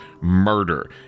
murder